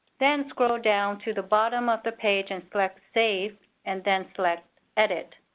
then scroll down to the bottom of the page and select save and then select edit.